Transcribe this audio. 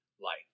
life